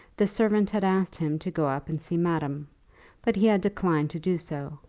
the servant had asked him to go up and see madame but he had declined to do so,